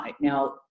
Now